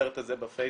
הסרט הזה בפייסבוק,